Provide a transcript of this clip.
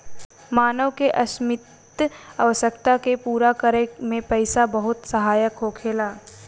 मानव के असीमित आवश्यकता के पूरा करे में पईसा बहुत सहायक होखेला